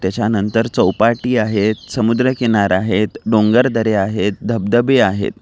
त्याच्यानंतर चौपाटी आहेत समुद्रकिनारे आहेत डोंगरदरे आहेत धबधबे आहेत